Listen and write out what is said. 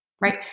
right